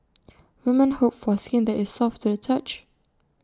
woman hope for skin that is soft to the touch